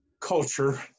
culture